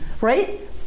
right